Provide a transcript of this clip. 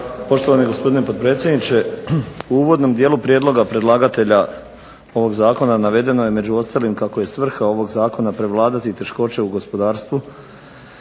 Poštovani gospodine potpredsjedniče. U uvodnom dijelu prijedloga predlagatelja ovog zakona navedeno je među ostalim kako je svrha ovog zakona prevladati teškoće u gospodarstvu